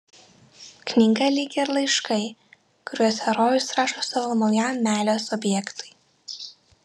knyga lyg ir laiškai kuriuos herojus rašo savo naujam meilės objektui